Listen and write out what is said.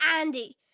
Andy